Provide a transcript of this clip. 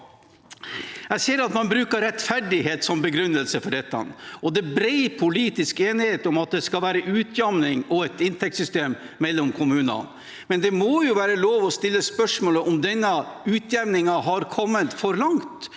Jeg ser at man bruker rettferdighet som begrunnelse for dette, og det er bred politisk enighet om at det skal være utjevning og et inntektssystem kommuner imellom. Men det må jo være lov å stille spørsmålet om denne utjevningen har kommet for langt